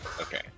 Okay